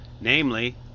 namely